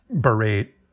berate